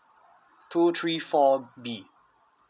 two three four B